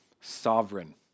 sovereign